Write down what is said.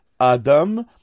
Adam